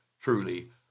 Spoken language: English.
truly